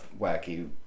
wacky